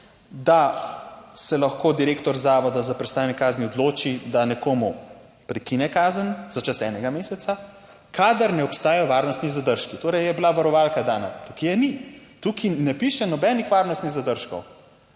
(nadaljevanje) zavoda za prestajanje kazni odloči, da nekomu prekine kazen za čas enega meseca, kadar ne obstajajo varnostni zadržki. Torej je bila varovalka dana. Tukaj je ni, tukaj ne piše nobenih varnostnih zadržkov.